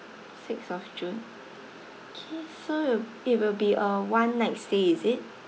sixth of june K so will it will be a one night stay is it